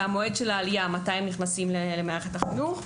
וגם מועד העלייה, מתי הם נכנסים למערכת החינוך.